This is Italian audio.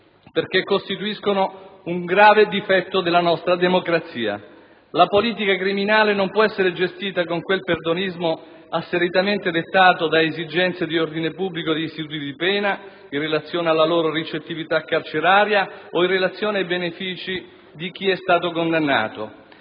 poiché costituiscono un grave difetto della nostra democrazia. La politica criminale non può essere gestita con quel perdonismo asseritamente dettato dalle esigenze di ordine pubblico negli istituti di pena, in relazione alla loro ricettività carceraria o ai benefici di chi è stato condannato.